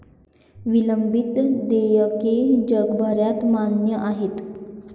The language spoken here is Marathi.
विलंबित देयके जगभरात मान्य आहेत